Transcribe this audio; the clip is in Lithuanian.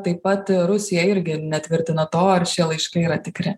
taip pat rusija irgi netvirtina to ar šie laiškai yra tikri